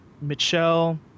Michelle